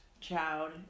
child